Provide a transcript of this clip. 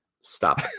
Stop